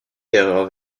d’erreur